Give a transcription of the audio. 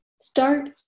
Start